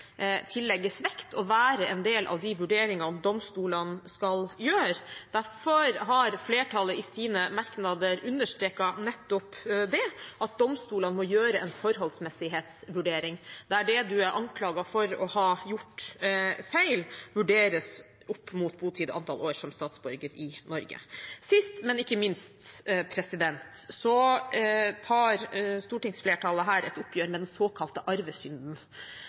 gjøre. Derfor har flertallet i sine merknader nettopp understreket at domstolene må gjøre en forholdsmessighetsvurdering, der det man er anklaget for å ha gjort feil, vurderes opp mot botid og antall år som statsborger i Norge. Sist, men ikke minst tar stortingsflertallet her et oppgjør med den såkalte arvesynden.